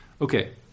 Okay